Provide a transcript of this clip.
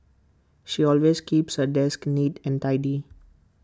she always keeps her desk neat and tidy